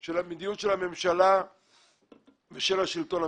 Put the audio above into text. של המדיניות של הממשלה ושל השלטון המקומי.